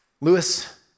Lewis